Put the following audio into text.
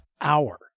hour